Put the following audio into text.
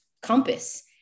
compass